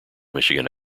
michigan